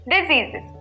diseases